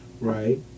right